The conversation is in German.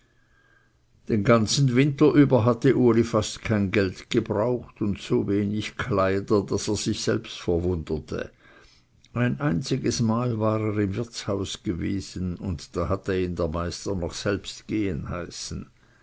den ganzen winter über hatte uli fast kein geld gebraucht und so wenig kleider daß er sich selbst verwunderte ein einziges mal war er im wirtshaus gewesen und da hatte ihn der meister noch selbst gehen heißen